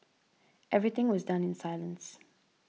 everything was done in silence